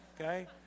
okay